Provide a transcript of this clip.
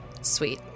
Sweet